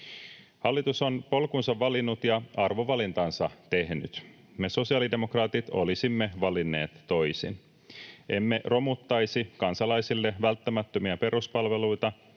Hallitus on polkunsa valinnut ja arvovalintansa tehnyt. Me sosiaalidemokraatit olisimme valinneet toisin. Emme romuttaisi kansalaisille välttämättömiä peruspalveluita,